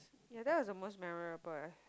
ya that was the most memorable